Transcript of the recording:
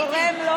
העשן זורם לו.